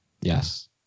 Yes